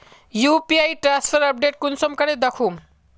UPI transfer update कुंसम करे दखुम?